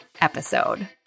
episode